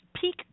peak